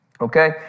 okay